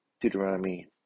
Deuteronomy